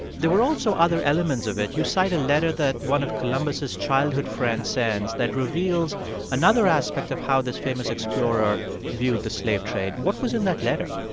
there were also other elements of it. you cite a letter that one of columbus' childhood friends sends that reveals another aspect of how this famous explorer viewed the slave trade. what was in that letter?